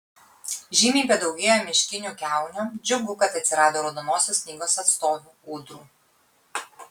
žymiai padaugėjo miškinių kiaunių džiugu kad atsirado raudonosios knygos atstovių ūdrų